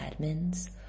admins